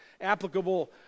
applicable